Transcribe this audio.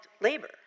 labor